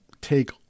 take